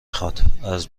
خواد، از